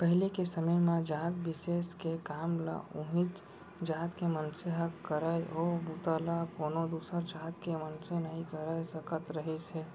पहिली के समे म जात बिसेस के काम ल उहींच जात के मनसे ह करय ओ बूता ल कोनो दूसर जात के मनसे नइ कर सकत रिहिस हे